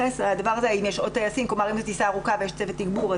זאת טיסה ארוכה ויש צוות תגבור,